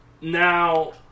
Now